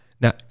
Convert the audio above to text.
Now